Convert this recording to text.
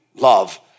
love